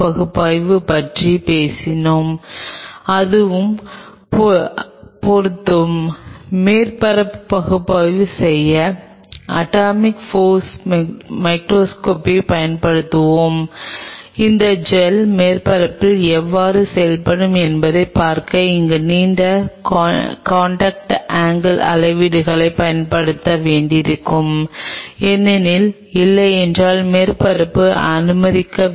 இப்போது இந்த தொடர்புகளின் அடிப்படையில் மேற்பரப்பு எவ்வாறு செயல்படுகிறது என்பதை நீங்கள் காணலாம் அல்லது இது செல் இல்லாமல் செய்யப்பட்ட உங்கள் காண்டாக்ட் ஆங்கில் தரவுடன் இந்த தரவு பொருந்துகிறது